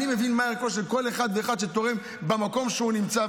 אני מבין מה ערכו של כל אחד ואחד שתורם במקום שהוא נמצא,